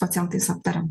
pacientais aptariam